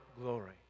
glory